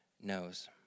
knows